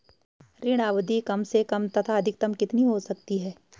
ऋण अवधि कम से कम तथा अधिकतम कितनी हो सकती है?